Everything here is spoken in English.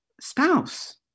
spouse